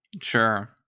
Sure